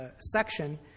section